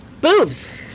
Boobs